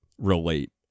relate